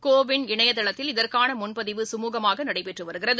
CoWIN இணையதளத்தில் இதற்கானமுன்பதிவு சுமூகமாகநடைபெற்றுவருகிறது